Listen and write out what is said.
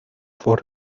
for